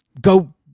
go